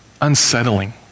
unsettling